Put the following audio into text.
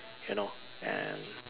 you know and